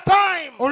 time